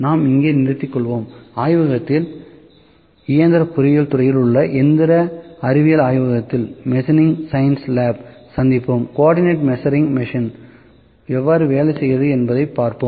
நாம் இங்கே நிறுத்திக் கொள்வோம்ஆய்வகத்தில் இயந்திர பொறியியல் துறையில் உள்ள எந்திர அறிவியல் ஆய்வகத்தில் சந்திப்போம் கோஆர்டினேட் மெஷரிங் மிஷின் எவ்வாறு வேலை செய்கிறது என்பதைப் பார்ப்போம்